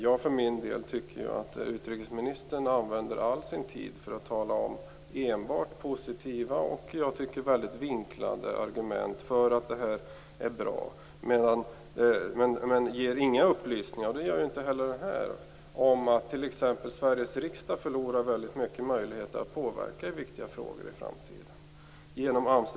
Jag för min del tycker att utrikesministern använder all sin tid för att tala om enbart positiva och jag tycker väldigt vinklade argument för att det här är bra men ger inga upplysningar, inte heller här, om att t.ex. Sveriges riksdag genom Amsterdamfördraget förlorar väldigt mycket möjligheter att påverka i viktiga frågor i framtiden.